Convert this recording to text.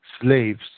slaves